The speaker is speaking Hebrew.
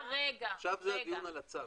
--- עכשיו זה דיון על הצו.